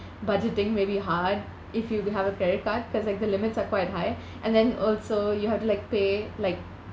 budgeting may be hard if you have a credit card cause like the limits are quite high and then also you have to like pay like